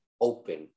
open